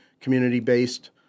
community-based